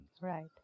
Right